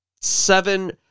seven